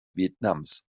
vietnams